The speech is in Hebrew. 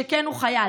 שכן הוא חייל.